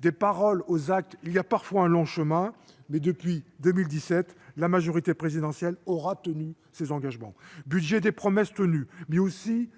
Des paroles aux actes, il y a parfois un long chemin. Depuis 2017, la majorité présidentielle, elle, aura tenu ses engagements. C'est le budget des promesses tenues, donc, mais aussi